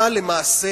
אבל למעשה,